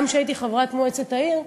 גם כשהייתי חברת מועצת העיר,